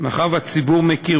מאחר שהציבור מכיר,